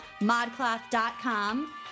modcloth.com